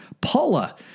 Paula